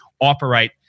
operate